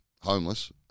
homeless